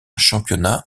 championnat